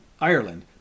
Ireland